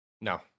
No